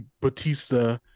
Batista